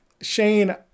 Shane